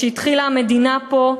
כשהתחילה המדינה פה,